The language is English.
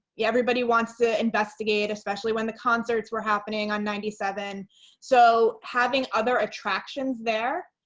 yeah everybody wants to investigate, especially when the concerts were happening on ninety seven so having other attractions there.